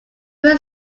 bill